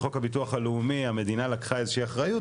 בחוק הביטוח הלאומי המדינה לקחה איזושהי אחריות,